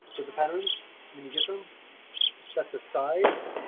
with the patterns when you hit them that the sides.